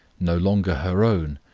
no longer her own,